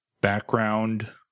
background